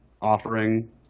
offering